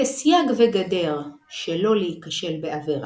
כסייג וגדר שלא להיכשל בעבירה,